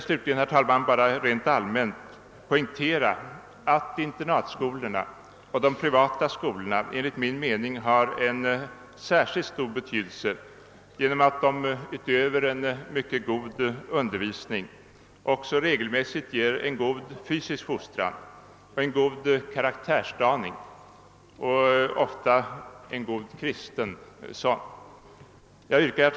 Slutligen vill jag rent allmänt poängtera, att internatskolorna och de privata skolorna enligt min mening har en särskilt stor betydelse, därför att de förutom att de ger en mycket god undervisning i regel också ger god fysisk fostran och en god karaktärsdaning, ofta en kristen sådan. Herr talman!